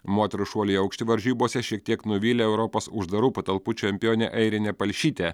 moterų šuolių į aukštį varžybose šiek tiek nuvylė europos uždarų patalpų čempionė airinė palšytė